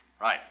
Right